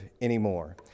anymore